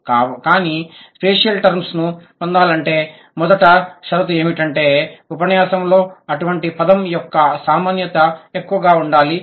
కానీ spatial terms ను పొందాలంటే మొదటి షరతు ఏమిటంటే ఉపన్యాసంలో అటువంటి పదం యొక్క సామాన్యత ఎక్కువగా ఉండాలి